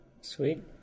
sweet